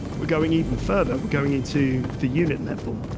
we're going even further. we're going into the unit level.